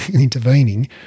intervening